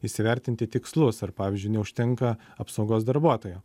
įsivertinti tikslus ar pavyzdžiui neužtenka apsaugos darbuotojo